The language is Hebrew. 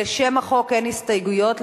לשם החוק אין הסתייגות,